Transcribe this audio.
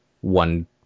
one